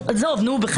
ושנית,